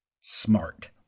smart